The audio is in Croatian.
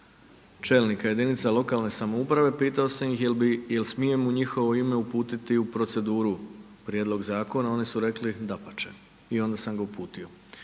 čelnika jedinica lokalne samouprave, pitao sam ih jel smijem u njihovo ime uputiti u proceduru prijedlog zakona, oni su rekli dapače. I onda sam ga uputio